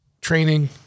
training